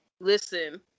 Listen